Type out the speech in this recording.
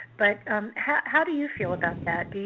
but um how do you feel about that?